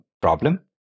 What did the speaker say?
problem